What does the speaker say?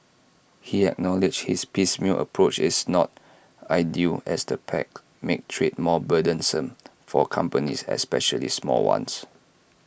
he acknowledged this piecemeal approach is not ideal as the pacts make trade more burdensome for companies especially small ones